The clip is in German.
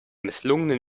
misslungenen